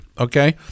okay